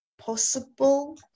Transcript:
possible